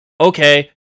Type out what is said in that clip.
okay